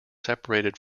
separated